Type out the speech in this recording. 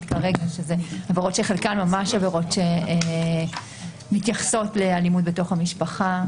כרגע שאלה עבירות שחלקן ממש עבירות שמתייחסות לאלימות בתוך המשפחה.